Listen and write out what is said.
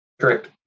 Correct